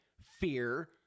fear